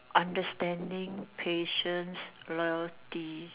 understanding patience loyalty